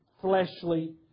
fleshly